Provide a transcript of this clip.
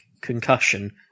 Concussion